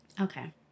Okay